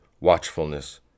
watchfulness